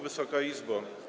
Wysoka Izbo!